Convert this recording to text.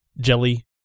Jelly